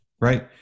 right